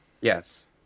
Yes